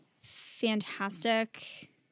fantastic